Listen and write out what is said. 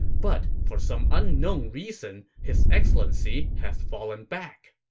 but for some unknown reason, his excellency has fallen back.